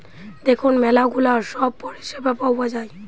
দেখুন ম্যালা গুলা সব পরিষেবা পাওয়া যায়